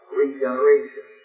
regeneration